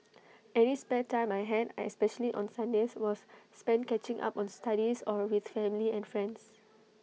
any spare time I had especially on Sundays was spent catching up on studies or with family and friends